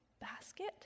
basket